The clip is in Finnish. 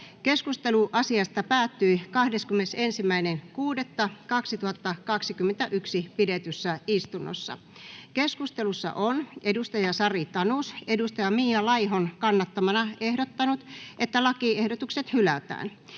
Keskustelu asiasta päättyi 21.6.2021 pidetyssä istunnossa. Keskustelussa on Sari Tanus Mia Laihon kannattamana ehdottanut, että lakiehdotukset hylätään.